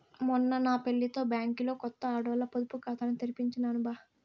మొన్న నా పెళ్లితో బ్యాంకిలో కొత్త ఆడోల్ల పొదుపు కాతాని తెరిపించినాను బా